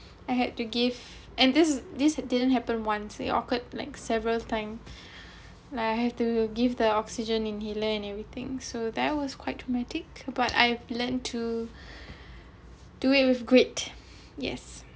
I had to give and this this didn't happen once it occurred like several time like I have to give the oxygen inhaler and everything so that was quite dramatic but I learnt to do it with grit yes